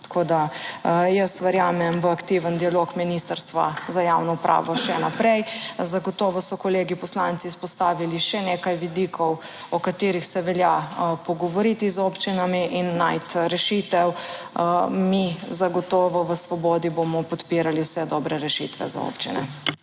Tako, da jaz verjamem v aktiven dialog Ministrstva za javno upravo še naprej. Zagotovo so kolegi poslanci izpostavili še nekaj vidikov o katerih se velja pogovoriti z občinami in najti rešitev. Mi zagotovo v Svobodi bomo podpirali vse dobre rešitve za občine.